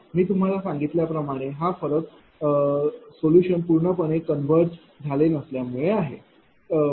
मी तुम्हाला सांगितल्या प्रमाणे हा फरक सोल्युशन पूर्णपणे कन्वर्ज झाले नसल्यामुळे आहे बरोबर